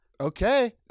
Okay